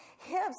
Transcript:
hips